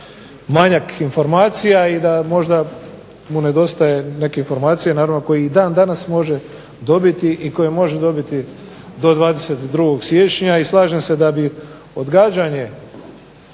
manjak informacija i da možda mu nedostaju neke informacije koje i dan danas može dobiti i koje može dobiti do 22. siječnja i slažem se da bi odgađanje